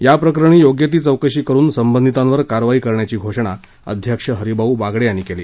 याप्रकरणी योग्य ती चौकशी करुन संबंधितांवर कारवाई करण्याची घोषणा अध्यक्ष हरिभाऊ बागडे यांनी केली